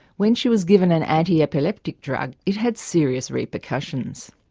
when she was given an anti-epileptic drug it had serious repercussions.